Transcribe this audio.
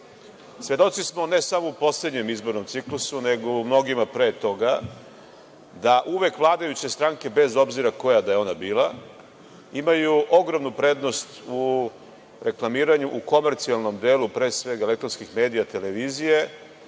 Svedoci smo, ne samo u poslednjem izbornom ciklusu, nego u mnogima pre toga da uvek vladajuće stranke, bez obzira koja da je ona bila, imaju ogromnu prednost u reklamiranju u komercijalnom delu, pre svega elektronskih medija, televizije